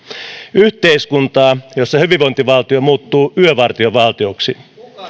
yhteiskuntaa jossa hyvinvointivaltio muuttuu yövartiovaltioksi